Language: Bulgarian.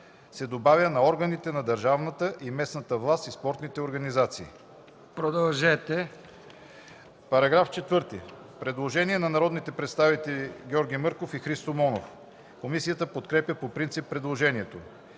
се добавя „на органите на държавната и местната власт и спортните организации”.” По § 4 има предложение на народните представители Георги Мърков и Христо Монов. Комисията подкрепя по принцип предложението.